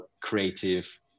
creative